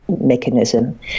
mechanism